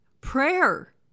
Prayer